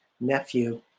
nephew